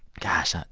gosh, ah